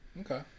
okay